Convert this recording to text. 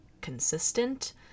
consistent